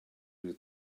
you